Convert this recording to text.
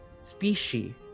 species